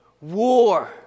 war